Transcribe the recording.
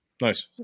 nice